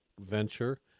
venture